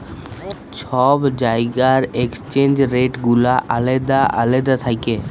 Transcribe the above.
ছব জায়গার exchange rate গুলা আলেদা আলেদা থ্যাকে